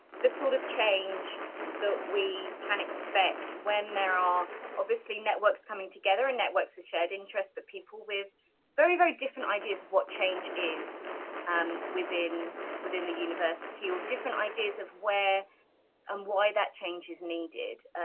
the sort of change that we can expect when there are obviously networks coming together and networks with shared interest. but people with very, very different ideas of what change is um within within the university, or different ideas of where and why that change is needed.